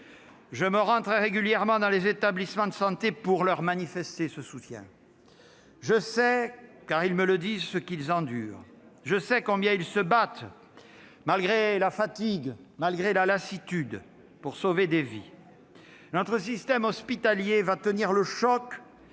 Je me rends très régulièrement dans les établissements de santé pour leur manifester ce soutien. Je sais, car ils me le disent, ce qu'ils endurent. Je sais combien ils se battent, malgré la fatigue, malgré la lassitude, pour sauver des vies. Notre système hospitalier va tenir le choc,